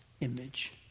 image